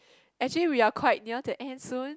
actually we are quite near to end soon